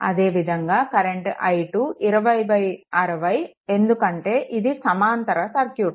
అదేవిధంగా current i2 2060 ఎందుకంటే ఇది సమాంతర సర్క్యూట్